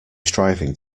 striving